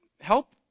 help